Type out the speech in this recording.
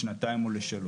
לשנתיים או ל-3.